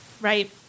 Right